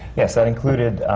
yes, that included,